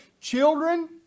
Children